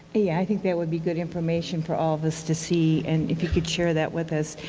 yeah i think that would be good information for all of us to see and if you could share that with us.